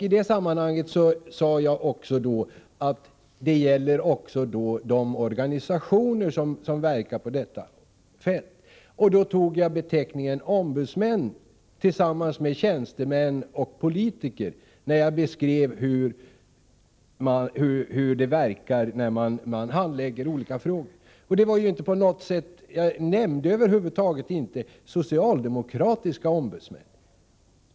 I det sammanhanget sade jag vidare att detta också gäller de organisationer som verkar på detta fält. Då använde jag ordet ombudsman tillsammans med tjänstemän och politiker, när jag beskrev hur man handlägger olika frågor. Jag nämnde över huvud taget inte socialdemokratiska ombudsmän.